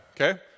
okay